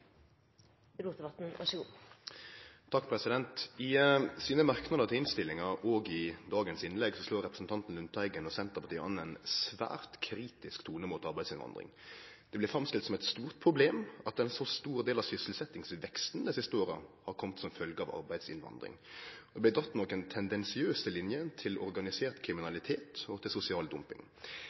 Lundteigen og Senterpartiet an ein svært kritisk tone mot arbeidsinnvandring. Det blir framstilt som eit stort problem at ein så stor del av sysselsetjingsveksten dei siste åra har kome som følgje av arbeidsinnvandring. Det blir dratt nokre tendensiøse linjer til organisert kriminalitet og sosial dumping.